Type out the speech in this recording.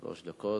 שלוש דקות.